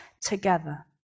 together